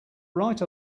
right